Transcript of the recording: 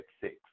six